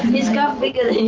his cup bigger